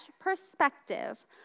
perspective